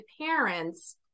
parents